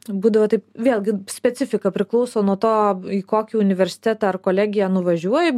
būdavo taip vėlgi specifika priklauso nuo to į kokį universitetą ar kolegiją nuvažiuoji